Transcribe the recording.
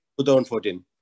2014